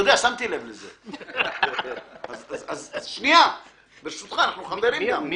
ומעבר לזה, מוסדר בחוק הליך